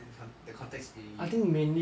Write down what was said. the context vary